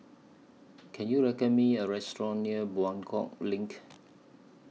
Can YOU recommend Me A Restaurant near Buangkok LINK